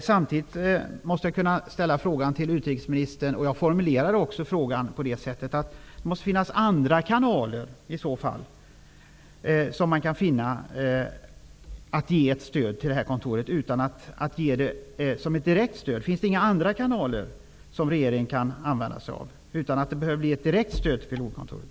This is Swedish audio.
Samtidigt måste jag kunna ställa denna fråga till utrikesministern: Finns det inga andra kanaler som regeringen kan använda sig av för att ge ett stöd, utan att det blir ett direkt stöd till PLO-kontoret?